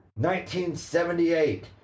1978